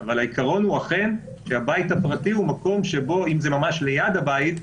אבל העיקרון הוא אכן שהבית הפרטי הוא מקום שבו אם זה ממש ליד הבית,